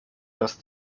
dass